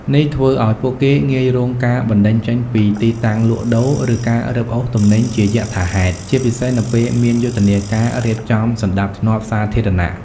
នេះធ្វើឱ្យពួកគេងាយរងការបណ្តេញចេញពីទីតាំងលក់ដូរ ឬការរឹបអូសទំនិញជាយថាហេតុ ជាពិសេសនៅពេលមានយុទ្ធនាការរៀបចំសណ្តាប់ធ្នាប់សាធារណៈ ។